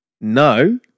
No